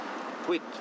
quit